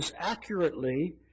accurately